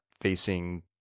facing